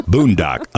Boondock